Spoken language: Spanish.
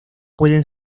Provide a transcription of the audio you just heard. pueden